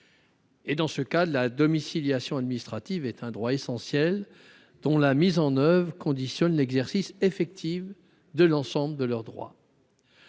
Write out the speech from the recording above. Et dans ce cas la domiciliation administrative est un droit essentiel dont la mise en oeuvre, il conditionne l'exercice effective de l'ensemble de leurs droits,